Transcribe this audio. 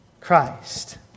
Christ